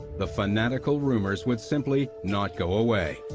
the fanatical rumors would simply not go away.